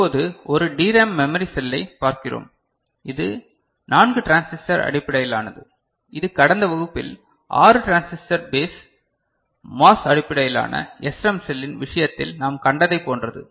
இப்போது ஒரு DRAM memory செல்லை பார்க்கிறோம் இது 4 டிரான்சிஸ்டர் அடிப்படையிலானது இது கடந்த வகுப்பில் 6 டிரான்சிஸ்டர் பேஸ் MOS அடிப்படையிலான SRAM செல்லின் விஷயத்தில் நாம் கண்டதைப் போன்றது